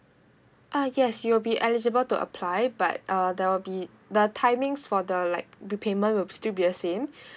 ah yes you'll be eligible to apply but uh there will be the timings for the like repayment would still be the same